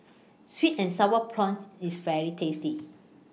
Sweet and Sour Prawns IS very tasty